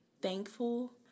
thankful